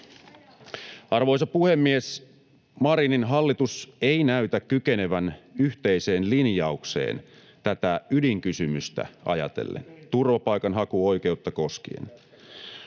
Arvoisa puhemies! Marinin hallitus ei näytä kykenevän yhteiseen linjaukseen tätä ydinkysymystä ajatellen — turvapaikanhakuoikeutta koskien.